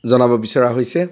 জনাব বিচৰা হৈছে